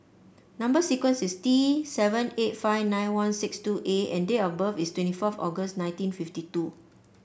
number sequence is T seven eight five nine one six two A and date of birth is twenty forth August nineteen fifty two